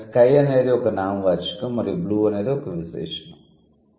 ఇక్కడ 'స్కై' అనేది ఒక నామవాచకం మరియు 'బ్లూ' అనేది ఒక విశేషణం